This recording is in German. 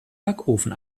backofen